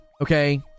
okay